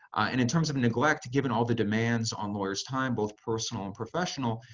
and in terms of neglect, given all the demands on lawyers' time both personal and professional,